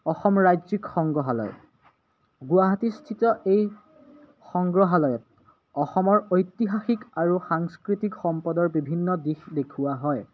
অসম ৰাজ্যিক সংগ্ৰহালয় গুৱাহাটীস্থিত এই সংগ্ৰহালয়ত অসমৰ ঐতিহাসিক আৰু সাংস্কৃতিক সম্পদৰ বিভিন্ন দিশ দেখুওৱা হয়